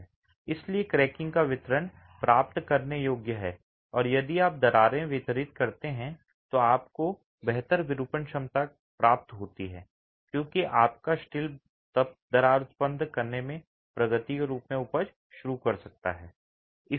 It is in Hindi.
इसलिए क्रैकिंग का वितरण प्राप्त करने योग्य है और यदि आप दरारें वितरित करते हैं तो आपको बेहतर विरूपण क्षमता प्राप्त होती है क्योंकि आपका स्टील तब दरार उत्पादन की प्रगति के रूप में उपज शुरू कर सकता है